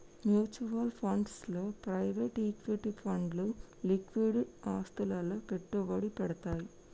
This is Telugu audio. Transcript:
మ్యూచువల్ ఫండ్స్ లో ప్రైవేట్ ఈక్విటీ ఫండ్లు లిక్విడ్ ఆస్తులలో పెట్టుబడి పెడ్తయ్